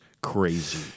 crazy